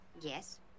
Yes